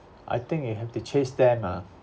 I think you have to chase them ah